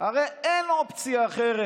הרי אין אופציה אחרת.